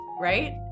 right